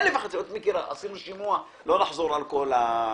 את מכירה, עשינו שימוע ולא נחזור על כל הדברים.